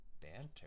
banter